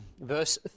verse